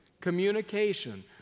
Communication